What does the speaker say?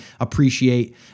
appreciate